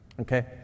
Okay